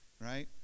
Right